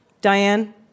Diane